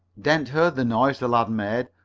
dent heard the noise the lad made,